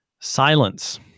Silence